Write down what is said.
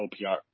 OPR